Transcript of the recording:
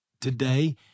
Today